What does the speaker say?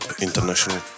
International